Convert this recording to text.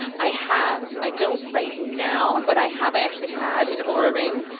i have. i don't right now, but i have. i actually had an oura ring.